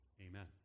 Amen